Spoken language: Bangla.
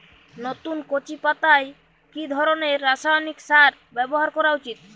নতুন কচি পাতায় কি ধরণের রাসায়নিক সার ব্যবহার করা উচিৎ?